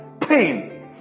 pain